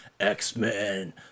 x-men